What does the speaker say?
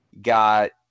got